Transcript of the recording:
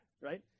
right